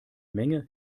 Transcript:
menge